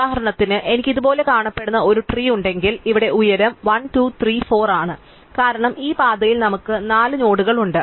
ഉദാഹരണത്തിന് എനിക്ക് ഇതുപോലെ കാണപ്പെടുന്ന ഒരു ട്രീ ഉണ്ടെങ്കിൽ ഇവിടെ ഉയരം 1 2 3 4 ആണ് കാരണം ഈ പാതയിൽ നമുക്ക് 4 നോഡുകൾ ഉണ്ട്